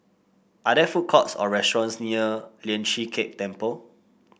are there food courts or restaurants near Lian Chee Kek Temple